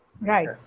right